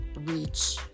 reach